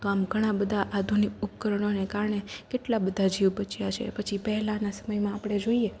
તો આમ ઘણાં બધાં આધુનિક ઉપકરણોને કારણે કેટલાં બધાં જીવ બચ્યાં છે પછી પહેલાંના સમયમાં આપણે જોઈએ